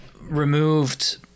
removed